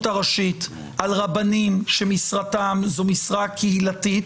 הראשית על רבנים שמשרתם זו משרה קהילתית,